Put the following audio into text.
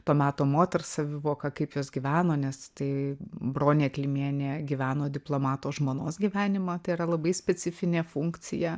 to meto moters savivoką kaip jos gyveno nes tai bronė klimienė gyveno diplomato žmonos gyvenimą tai yra labai specifinė funkcija